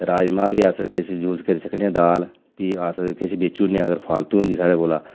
राजमांह् बी अस किश यूज करी सकने हां दाल किश बेची ओड़ने आं फालतू होंदी साढ़े कोल